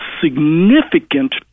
significant